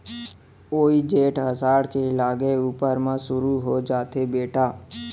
वोइ जेठ असाढ़ के लगे ऊपर म सुरू हो जाथे बेटा